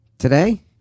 Today